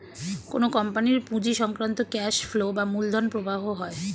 কোন কোম্পানির পুঁজি সংক্রান্ত ক্যাশ ফ্লো বা মূলধন প্রবাহ হয়